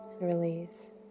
Release